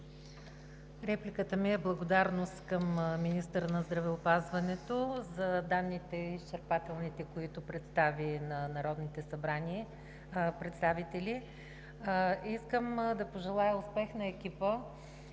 Репликата ми е: благодарност към министъра на здравеопазването за изчерпателните данни, които представи на народните представители. Искам да пожелая успех на екипа